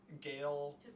Gale